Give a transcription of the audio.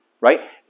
Right